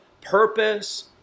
purpose